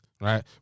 right